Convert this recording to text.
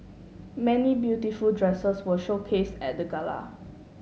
many beautiful dresses were showcase at the gala